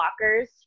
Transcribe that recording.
lockers